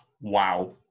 wow